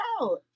out